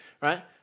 Right